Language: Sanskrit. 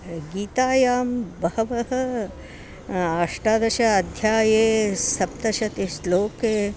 गीतायां बहवः अष्टादश अध्याये सप्तशतिश्लोके